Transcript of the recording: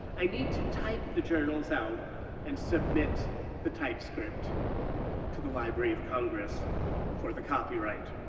i need to type the journals out and submit the typescript to the library of congress for the copyright.